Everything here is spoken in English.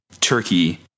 turkey